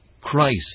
Christ